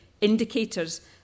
indicators